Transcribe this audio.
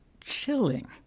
chilling